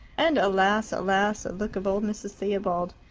and alas, alas a look of old mrs. theobald.